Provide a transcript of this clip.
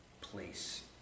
place